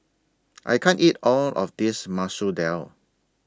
I can't eat All of This Masoor Dal